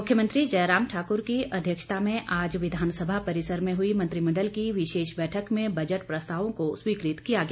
मुख्यमंत्री जय राम ठाकुर की अध्यक्षता में आज विधानसभा परिसर में हुई मंत्रिमण्डल की विशेष बैठक में बजट प्रस्तावों को स्वीकृत किया गया